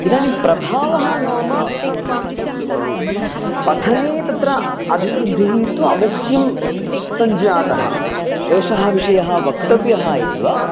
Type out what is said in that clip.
इदानीं प्रभावः नाम पठने तत्र अभिवृद्धिः तु अवश्यं सञ्जातः एषः विषयः वक्तव्यः एव